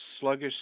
sluggish